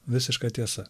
visiška tiesa